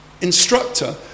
instructor